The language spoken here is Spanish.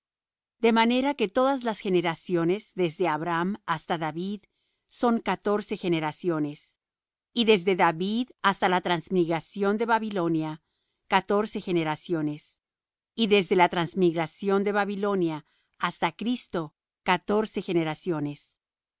de manera que todas las generaciones desde abraham hasta david son catorce generaciones y desde david hasta la transmigración de babilonia catorce generaciones y desde la transmigración de babilonia hasta cristo catorce generaciones